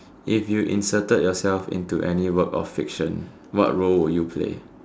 if you inserted yourself into any work of fiction what role will you play